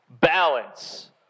Balance